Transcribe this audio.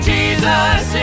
Jesus